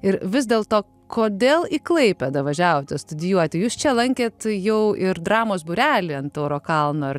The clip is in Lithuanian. ir vis dėlto kodėl į klaipėdą važiavote studijuoti jus čia lankėt jau ir dramos būrelį ant tauro kalno ar